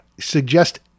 suggest